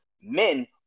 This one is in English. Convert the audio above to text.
men